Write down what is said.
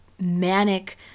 manic